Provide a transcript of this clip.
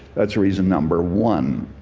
that's reason number one.